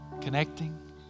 connecting